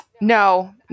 No